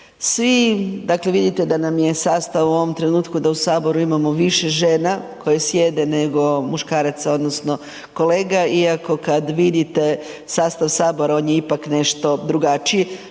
Svi dakle vidite da nam je sastav u ovom trenutku da u saboru imamo više žena koje sjedne nego muškaraca odnosno kolega iako kad vidite sastav sabora on je ipak nešto drugačiji,